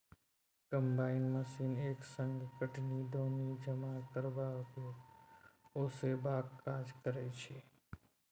combine machine एक संग कटनी, दौनी, जमा करब आ ओसेबाक काज करय छै